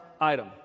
item